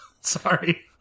Sorry